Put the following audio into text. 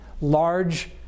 large